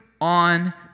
on